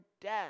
death